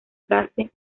frase